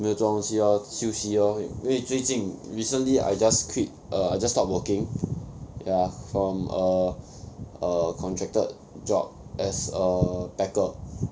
没有做东西 lor 休息 lor 因为最近 recently I just quit err I just stop working ya from err err contracted job as a packer